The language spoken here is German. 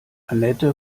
annette